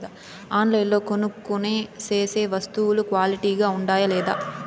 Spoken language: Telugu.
ఆన్లైన్లో కొనుక్కొనే సేసే వస్తువులు క్వాలిటీ గా ఉండాయా లేదా?